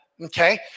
okay